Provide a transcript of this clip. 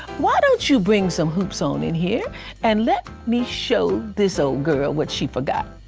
why don't you bring some hoops on in here and let me show this old girl what she forgot.